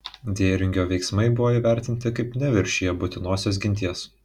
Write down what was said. dėringio veiksmai buvo įvertinti kaip neviršiję būtinosios ginties